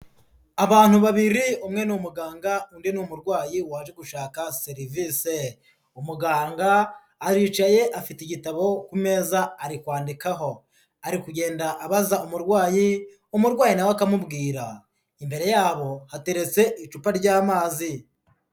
Abantu babiri umwe ni umuganga undi ni umurwayi waje gushaka serivise. Umuganga aricaye afite igitabo ku meza ari kwandikaho, ari kugenda abaza umurwayi, umurwayi na we akamubwira, imbere yabo hateretse icupa ry'amazi.